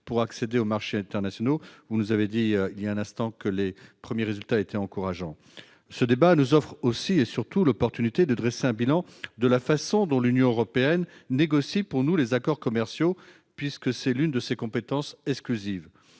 pour accéder aux marchés internationaux. Vous nous avez dit voilà quelques instants, monsieur le secrétaire d'État, que les premiers résultats étaient encourageants. Le présent débat nous offre aussi et surtout l'opportunité de dresser un bilan de la façon dont l'Union européenne négocie pour nous les accords commerciaux, puisque c'est l'une de ses compétences exclusives.